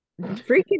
Freaking